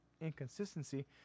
inconsistency